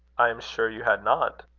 i am sure you had not.